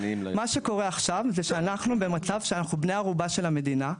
מה שקורה עכשיו זה שאנחנו במצב שאנחנו בני ערובה של המדינה.